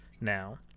now